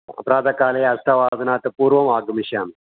प्रातःकाले अष्टवादनात् पूर्वम् आगमिष्यामि